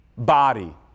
Body